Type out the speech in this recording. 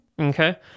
okay